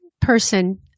person